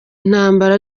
intambara